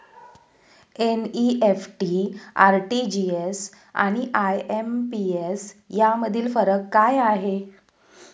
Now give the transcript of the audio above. NEFT, RTGS आणि IMPS यामधील फरक काय आहे?